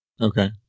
Okay